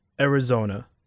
Arizona